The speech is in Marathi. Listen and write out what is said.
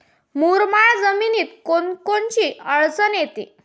मुरमाड जमीनीत कोनकोनची अडचन येते?